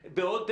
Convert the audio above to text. טוב,